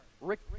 Rick